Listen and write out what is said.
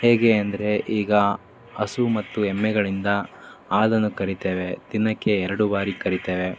ಹೇಗೆ ಅಂದರೆ ಈಗ ಹಸು ಮತ್ತು ಎಮ್ಮೆಗಳಿಂದ ಹಾಲನ್ನು ಕರೀತೇವೆ ದಿನಕ್ಕೆ ಎರಡು ಬಾರಿ ಕರೀತೇವೆ